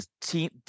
team